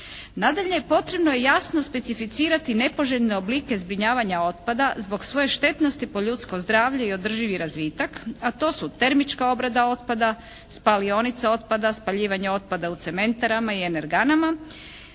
Nadalje, potrebno je jasno specificirati nepoželjne oblike zbrinjavanja otpada zbog svoje štetnosti po ljudsko zdravlje i održivi razvitak, a to su termička obrada otpada, spalionice otpada, spaljivanje otpada u cementarama i energama